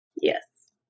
Yes